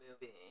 movie